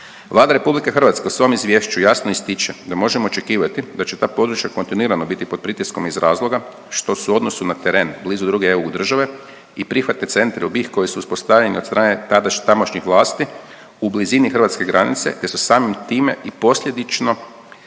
Vlada Republike Hrvatske u svom izvješću jasno ističe da možemo očekivati da će ta područja kontinuirano biti pod pritiskom iz razloga što su u odnosu na teret blizu druge EU države i prihvatne centre u BiH koji su uspostavljeni od strane tamošnjih vlasti u blizini hrvatske granice te se samim time i posljedično